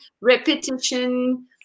repetition